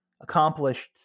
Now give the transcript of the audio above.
Accomplished